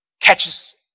catches